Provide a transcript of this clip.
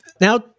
Now